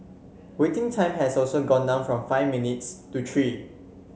waiting time has also gone down from five minutes to three